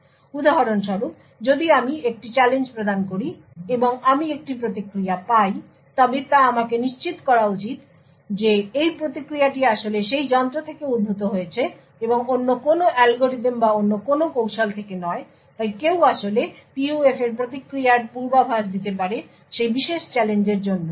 সুতরাং উদাহরণস্বরূপ যদি আমি একটি চ্যালেঞ্জ প্রদান করি এবং আমি একটি প্রতিক্রিয়া পাই তবে তা আমাকে নিশ্চিত করা উচিত যে এই প্রতিক্রিয়াটি আসলে সেই যন্ত্র থেকে উদ্ভূত হয়েছে এবং অন্য কোনও অ্যালগরিদম বা অন্য কোনও কৌশল থেকে নয় তাই কেউ আসলে PUF এর প্রতিক্রিয়ার পূর্বাভাস দিতে পারে সেই বিশেষ চ্যালেঞ্জের জন্য